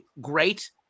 great